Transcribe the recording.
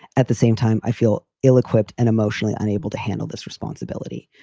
at the same time, i feel ill equipped and emotionally unable to handle this responsibility.